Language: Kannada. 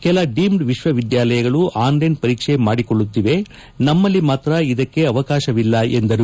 ಕೆಲ ಡೀಮ್ಡ್ ವಿಶ್ವವಿದ್ಯಾನಿಲಯಗಳು ಆನ್ಲೈನ್ ಪರೀಕ್ಷೆ ಮಾಡಿಕೊಳ್ಳುತ್ತಿವೆ ನಮೃಲ್ಲಿ ಮಾತ್ರ ಇದಕ್ಕೆ ಅವಕಾಶವಿಲ್ಲ ಎಂದರು